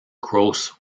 gross